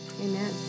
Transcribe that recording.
Amen